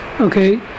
okay